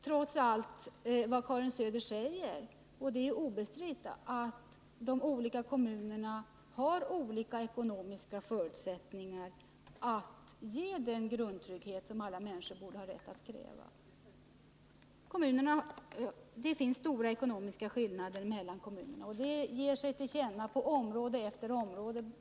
Trots allt vad Karin Söder säger är det obestridligt att kommunerna har olika ekonomiska resurser när det gäller att ge den grundtrygghet som alla människor borde ha rätt att kräva. Det finns stora ekonomiska skillnader mellan kommunerna, vilket ger sig till känna på område efter område.